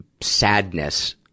sadness